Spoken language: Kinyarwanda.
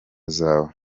zawe